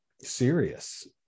serious